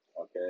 Okay